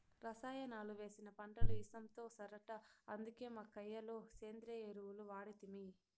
రసాయనాలు వేసిన పంటలు ఇసంతో సరట అందుకే మా కయ్య లో సేంద్రియ ఎరువులు వాడితిమి